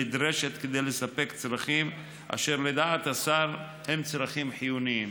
נדרשת כדי לספק צרכים אשר לדעת השר הם צרכים חיוניים".